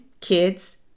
kids